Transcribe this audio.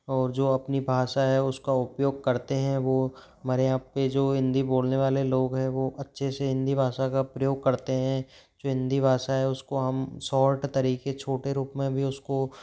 और जो अपनी भाषा है उस का उपयोग करते हैं वो हमारे यहाँ पर जो हिंदी बोलने वाले लोग हैं वो अच्छे से हिंदी भाषा का प्रयोग करते हैं जो हिंदी भाषा है उस को हम सौर्ट तरीक़े छोटे रूप में भी उस को